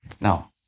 Now